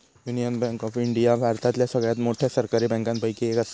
union bank of India भारतातल्या सगळ्यात मोठ्या सरकारी बँकांपैकी एक असा